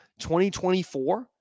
2024